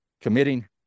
committing